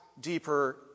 deeper